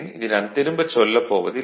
இதை நான் திரும்பச் சொல்லப் போவதில்லை